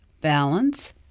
balance